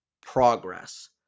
progress